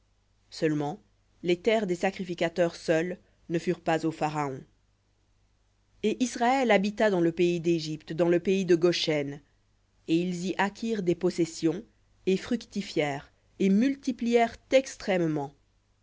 seulement les terres des sacrificateurs seuls ne furent pas au pharaon et israël habita dans le pays d'égypte dans le pays de goshen et ils y acquirent des possessions et fructifièrent et multiplièrent extrêmement